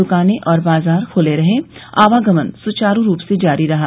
दुकानें और बाजार खुले रहे आवागमन सुचारू रूप से जारी रहा